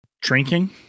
Drinking